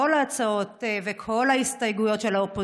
אנחנו מסירים את כל ההצעות וכל ההסתייגויות של האופוזיציה.